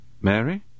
Mary